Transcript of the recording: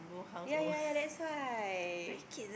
ya ya ya that's why